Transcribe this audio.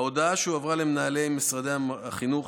ההודעה שהועברה למנהלי משרדי החינוך,